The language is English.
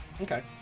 Okay